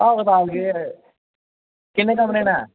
आहो राम जी होर किन्ने तगर लैना ऐ